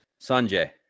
Sanjay